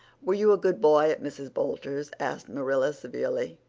were you a good boy at mrs. boulter's? asked marilla severely.